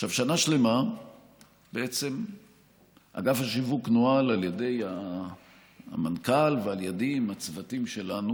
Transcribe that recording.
שנה שלמה בעצם אגף השיווק נוהל על ידי המנכ"ל ועל ידי עם הצוותים שלנו,